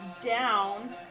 down